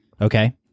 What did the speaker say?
Okay